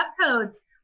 codes